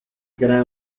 crea